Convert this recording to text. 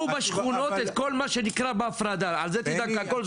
זה האתגר הגדול ביותר שעומד בפני בני הדור שלי